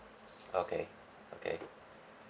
okay okay